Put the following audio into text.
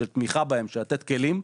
של תמיכה בהם ומתן כלים,